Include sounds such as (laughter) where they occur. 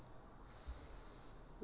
(breath)